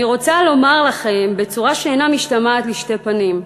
אני רוצה לומר לכם בצורה שאינה משתמעת לשתי פנים,